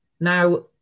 Now